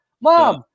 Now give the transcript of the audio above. mom